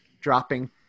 dropping